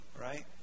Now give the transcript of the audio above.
right